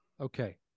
Okay